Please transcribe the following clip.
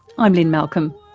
i'm lynne malcolm.